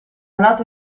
notte